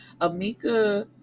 amika